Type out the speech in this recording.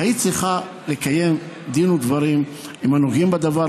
והיית צריכה לקיים דין ודברים עם הנוגעים בדבר,